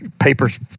Paper's